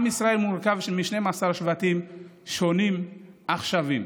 עם ישראל מורכב מ-12 שבטים שונים עכשוויים.